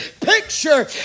picture